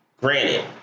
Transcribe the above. Granted